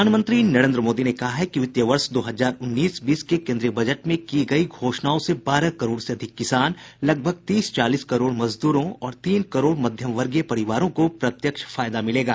प्रधानमंत्री नरेंद्र मोदी ने कहा है कि वित्तीय वर्ष दो हजार उन्नीस बीस के केन्द्रीय बजट में की गई घोषणाओं से बारह करोड़ से अधिक किसान लगभग तीस चालीस करोड़ मजदूरों और तीन करोड़ मध्यमवर्गीय परिवारों को प्रत्यक्ष फायदा मिलेगा